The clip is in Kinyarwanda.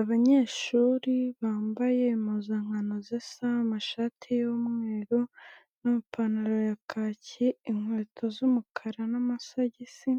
Abanyeshuri bambaye impuzankano zisa, amashati y'umweru n'amapantaro ya kaki, inkweto z'umukara n'amasogisi,